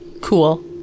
Cool